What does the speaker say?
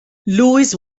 lewis